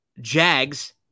Jags